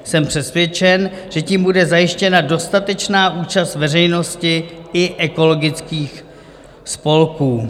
Jsem přesvědčen, že tím bude zajištěna dostatečná účast veřejnosti i ekologických spolků.